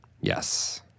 Yes